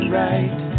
right